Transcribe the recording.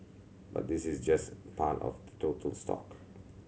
but this is just part of the total stock